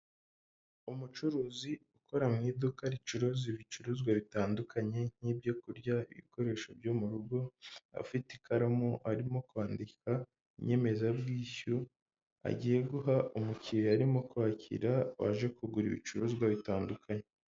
Umucuruzi ukora mu iduka ricuruza ibicuruzwa bitandukanye, nk'ibyoku kurya, ibikoresho byo mu rugo, afite ikaramu, arimo kwandika inyemezabwishyu, agiye guha umukiriya, arimo kwakira waje kugura ibicuruzwa bitandukanye.